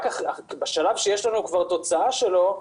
בשלב שיש לנו כבר תוצאה שלו,